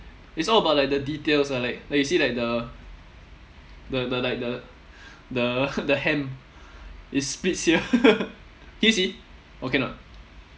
it's all about like the details ah like like you see like the the the like the the hem it splits here can you see or cannot